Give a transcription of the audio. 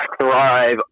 thrive